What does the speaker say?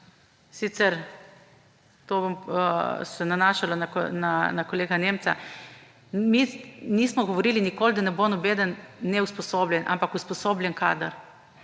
sicer tu se bom nanašala na kolega Nemca, nismo govorili nikoli, da ne bo nobeden neusposobljen, ampak usposobljen kader,